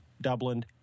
Dublin